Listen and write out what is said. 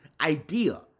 idea